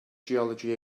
geology